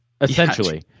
Essentially